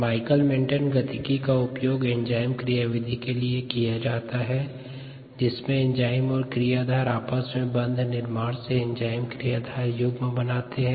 Michaelis Menten गतिकी का उपयोग एंजाइम क्रियाविधि के लिए किया जाता है जिसमे एंजाइम और क्रियाधार आपस में बंध निर्माण से एंजाइम क्रियाधार युग्म बनाते है